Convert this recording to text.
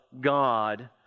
God